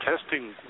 testing